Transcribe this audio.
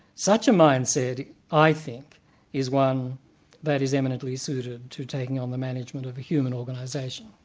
such a mindset i think is one that is eminently suited to taking on the management of a human organisation.